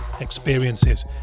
experiences